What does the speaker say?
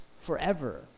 forever